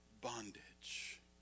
bondage